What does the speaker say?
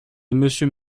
monsieur